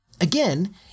again